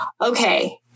okay